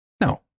no